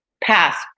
past